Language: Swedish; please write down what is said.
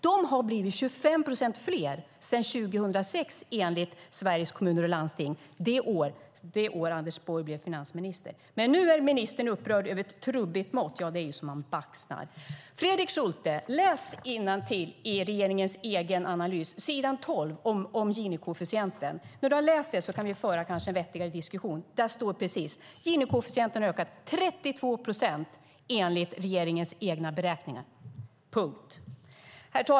De har blivit 25 procent fler sedan 2006, enligt Sveriges Kommuner och Landsting, det år då Anders Borg blev finansminister. Men nu är ministern upprörd över ett trubbigt mått. Ja, det är så man baxnar! Fredrik Schulte! Läs innantill i regeringens egen analys, s. 12, om Gini-koefficienten. När du har läst den kanske vi kan föra en vettigare diskussion. Där står att Gini-koefficienten har ökat med 32 procent enligt regeringens egna beräkningar, punkt.